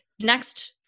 next